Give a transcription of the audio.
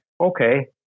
okay